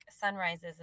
sunrises